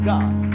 God